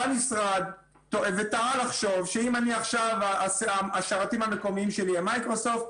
בא משרד וטעה לחשוב שאם השרתים המקומיים שלי הם ממייקרוסופט,